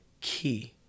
key